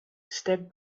step